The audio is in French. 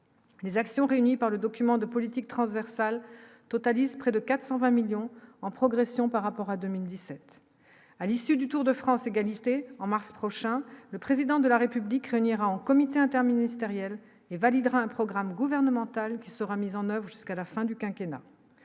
Les actions réunis par le document de politique transversales totalise près de 420 millions en progression par rapport à 2017, à l'issue du Tour de France, égalité en mars prochain, le président de la République réunira en comité interministériel et validera un programme gouvernemental qui sera mis en oeuvre jusqu'à la fin du quinquennat